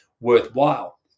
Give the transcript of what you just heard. worthwhile